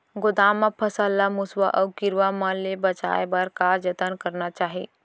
गोदाम मा फसल ला मुसवा अऊ कीरवा मन ले बचाये बर का जतन करना चाही?